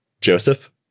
Joseph